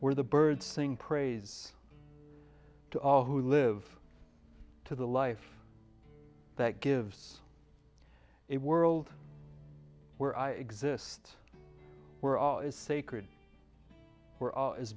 where the birds sing praises to all who live to the life that gives it world where i exist we're all is sacred we're all